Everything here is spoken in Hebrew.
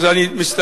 אז אני מצטער.